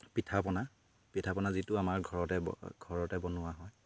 পিঠা পনা পিঠা পনা যিটো আমাৰ ঘৰতে ঘৰতে বনোৱা হয়